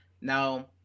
Now